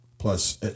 Plus